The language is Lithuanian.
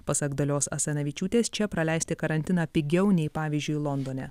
pasak dalios asanavičiūtės čia praleisti karantiną pigiau nei pavyzdžiui londone